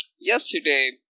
yesterday